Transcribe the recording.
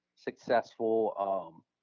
successful